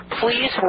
please